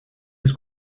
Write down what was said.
was